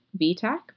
VTAC